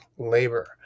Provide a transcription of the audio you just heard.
labor